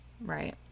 Right